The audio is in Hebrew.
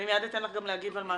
אני מיד אתן לך גם להגיב על מה